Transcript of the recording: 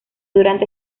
durante